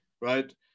right